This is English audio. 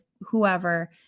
whoever